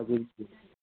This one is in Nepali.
हजुर